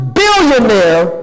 billionaire